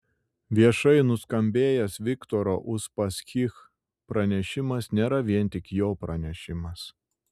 viešai nuskambėjęs viktoro uspaskich pranešimas nėra vien tik jo pranešimas